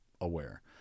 aware